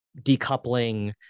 decoupling